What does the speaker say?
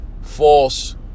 false